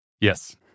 Yes